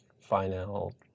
final